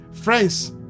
Friends